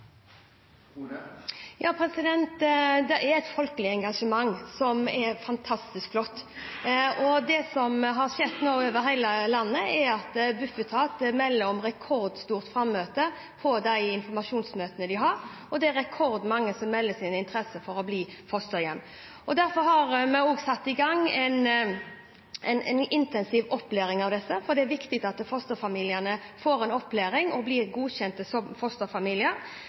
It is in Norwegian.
det er et folkelig engasjement, som er fantastisk flott. Bufetat melder om rekordstort frammøte over hele landet på de informasjonsmøtene vi har, og det er rekordmange som melder sin interesse for å bli fosterhjem. Derfor har vi også satt i gang en intensiv opplæring av disse, for det er viktig at fosterfamiliene får en opplæring og blir godkjent som fosterfamilier.